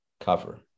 cover